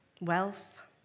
Wealth